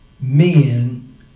men